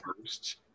first